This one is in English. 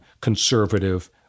conservative